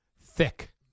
Thick